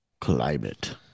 climate